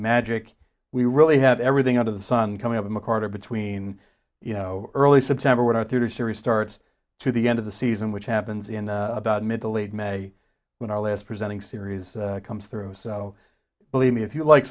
magic we really have everything under the sun coming up in macarthur between you know early september when our theater series starts to the end of the season which happens in about mid to late may when our last presenting series comes through so believe me if you like